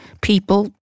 people